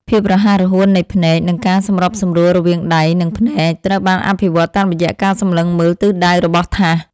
ភាពរហ័សរហួននៃភ្នែក និងការសម្របសម្រួលរវាងដៃ និងភ្នែកត្រូវបានអភិវឌ្ឍតាមរយៈការសម្លឹងមើលទិសដៅរបស់ថាស។